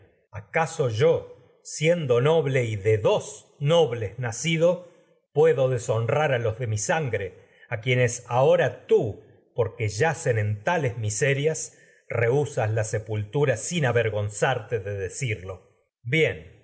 acaso yo siendo noble y los de dos nobles nacido a puedo deshonrar a de mi sangre quienes ahora tú porque yacen en tales miserias rehusas la sepultura sin avergonzarte pues de decirlo bien